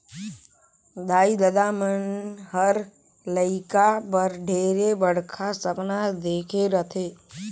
दाई ददा मन हर लेइका बर ढेरे बड़खा सपना देखे रथें